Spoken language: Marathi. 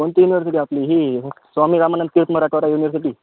कोणती युनिवर्सिटी आपली ही Swami Ramanand K P Maratha university